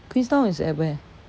queenstown is at where